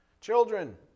Children